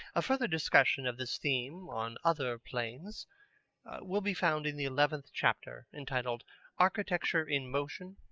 a further discussion of this theme on other planes will be found in the eleventh chapter, entitled architecture-in-motion,